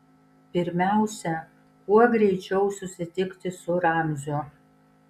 pirmiausia kuo greičiau susitikti su ramziu